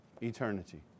eternity